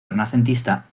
renacentista